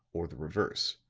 or the reverse.